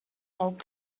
molt